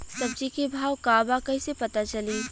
सब्जी के भाव का बा कैसे पता चली?